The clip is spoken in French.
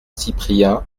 cyprien